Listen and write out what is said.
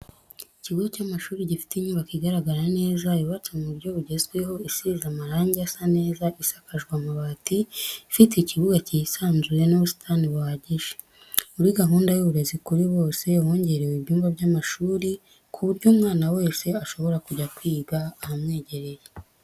Ikigo cy'amashuri gifite inyubako igaragara neza yubatse mu buryo bugezweho isize amarange asa neza isakajwe amabati, ifite ikibuga cyisanzuye n'ubusitani buhagije, muri gahunda y'uburezi kuri bose hongerewe ibyumba by'amashuri ku buryo umwana wese ashobora kujya kwiga ahamwegereye.